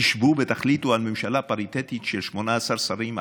תשבו ותחליטו על ממשלה פריטטית של 18 שרים,